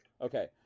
Okay